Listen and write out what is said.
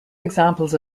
examples